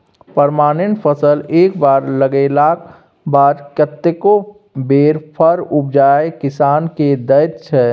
permanent फसल एक बेर लगेलाक बाद कतेको बेर फर उपजाए किसान केँ दैत छै